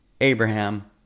Abraham